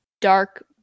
dark